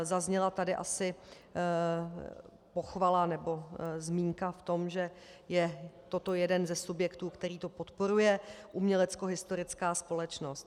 Zazněla tady asi pochvala nebo zmínka v tom, že je toto jeden ze subjektů, který to podporuje, uměleckohistorická společnost.